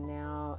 now